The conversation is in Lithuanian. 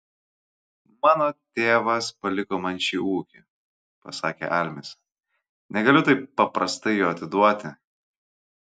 mano tėvas paliko man šį ūkį pasakė almis negaliu taip paprastai jo atiduoti